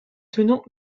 tenant